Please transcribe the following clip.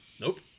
Nope